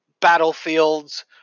battlefields